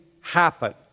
happen